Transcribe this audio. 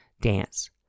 dance